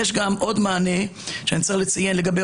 יש עוד מענה שאני רוצה לציין לגבי